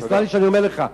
תסלח לי שאני אומר לך.